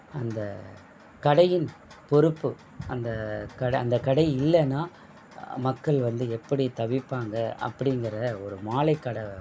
அந்தக் கடையின் பொறுப்பு அந்தக் கடை அந்தக் கடை இல்லைன்னா மக்கள் வந்து எப்படி தவிப்பாங்க அப்படிங்கற ஒரு மாலைக் கடை